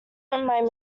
remind